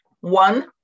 One